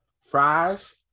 fries